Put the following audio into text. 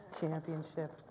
championship